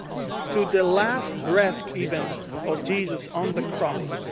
to the last breath even of jesus on the cross.